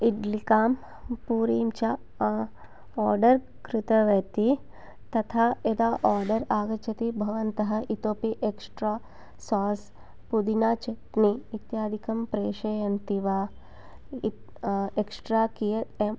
इड्लिकां पूरीं च अ आर्डर् कृतवती तथा यदा आर्डर् आगच्छति भवन्तः इतोऽपि एक्सट्रा सास् पुदीना चट्नी इत्यादिकं प्रेषयन्ति वा एक्सट्रा कियत्